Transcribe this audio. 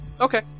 Okay